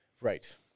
right